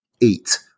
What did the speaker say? eight